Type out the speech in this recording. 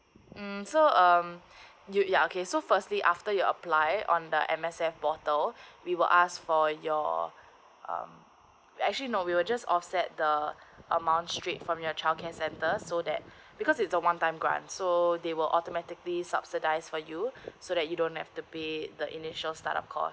mm so um you ya okay so firstly after you apply on the M_S_F portal we will ask for your um actually no we will just offset the amount straight from your childcare center so that because it's a one time grant so they will automatically subsidize for you so that you don't have to pay the initial startup cost